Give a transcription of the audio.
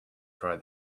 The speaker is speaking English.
fry